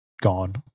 gone